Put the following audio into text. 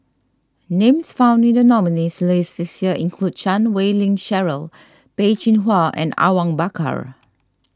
names found in the nominees' list this year include Chan Wei Ling Cheryl Peh Chin Hua and Awang Bakar